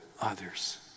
others